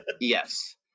Yes